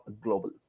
global